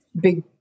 big